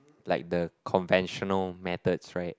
like the conventional methods right